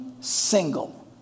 single